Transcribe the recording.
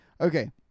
okay